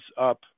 up